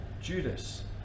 Judas